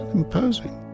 imposing